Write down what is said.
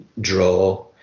draw